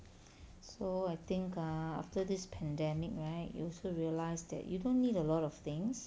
so I think ah after this pandemic right you also realise that you don't need a lot of things